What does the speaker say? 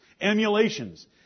Emulations